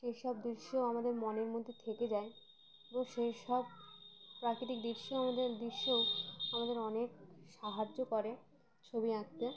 সেই সব দৃশ্য আমাদের মনের মধ্যে থেকে যায় ত সেই সব প্রাকৃতিক দৃশ্য আমাদের দৃশ্যও আমাদের অনেক সাহায্য করে ছবি আঁকতে